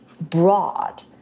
broad